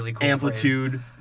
amplitude